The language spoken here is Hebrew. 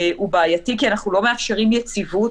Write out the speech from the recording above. הוא בעייתי כי אנחנו לא מאפשרים יציבות